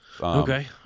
Okay